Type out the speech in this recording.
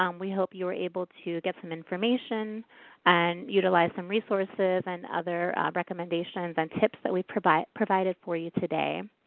um we hope you were able to get some information and utilize some resources and other recommendations and tips that we provided provided for you today.